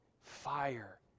fire